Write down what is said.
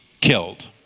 killed